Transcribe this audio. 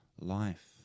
life